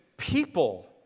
people